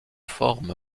forme